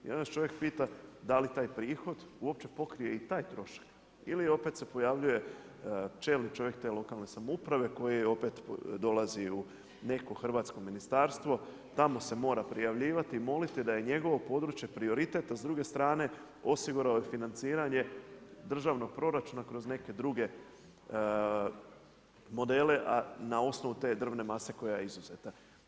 I onda se čovjek pita da li taj prihod uopće pokrije i taj trošak ili opet se pojavljuje čelni čovjek te lokalne samouprave koji opet dolazi u neko hrvatsko ministarstvo, tamo se mora prijavljivati, moliti da je njegovo područje prioritet a s druge strane osigurao je financiranje državnog proračuna kroz neke druge modele na osnovu te drvne mase koja je izuzeta.